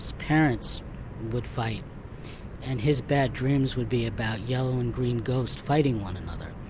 parents would fight and his bad dreams would be about yellow and green ghosts fighting one another.